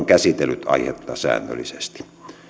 käsitellyt aihetta säännöllisesti